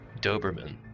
Doberman